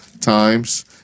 times